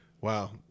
Wow